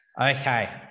Okay